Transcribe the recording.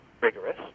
rigorous